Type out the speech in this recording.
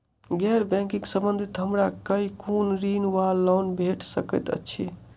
गैर बैंकिंग संबंधित हमरा केँ कुन ऋण वा लोन भेट सकैत अछि?